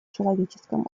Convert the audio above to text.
человеческому